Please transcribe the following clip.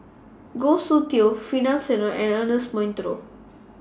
Goh Soon Tioe Finlayson and Ernest Monteiro